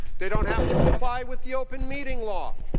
they don't have to comply with the open meeting law.